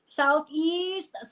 southeast